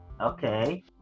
Okay